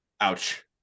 ouch